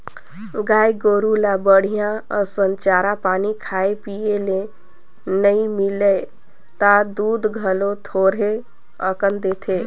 गाय गोरु ल बड़िहा असन चारा पानी खाए पिए ले नइ मिलय त दूद घलो थोरहें अकन देथे